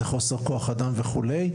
זה חוסר כוח אדם וכו'.